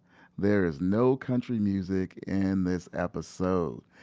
there's no country music in this episode,